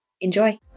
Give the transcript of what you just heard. Enjoy